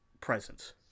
presence